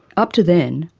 up to then,